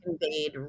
conveyed